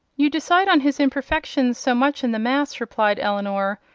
you decide on his imperfections so much in the mass, replied elinor,